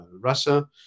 Russia